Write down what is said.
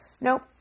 Nope